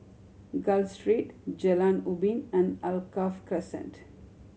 Gul Street Jalan Ubin and Alkaff Crescent